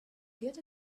get